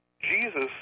Jesus